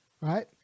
right